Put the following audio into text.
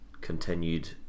continued